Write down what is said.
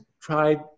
tried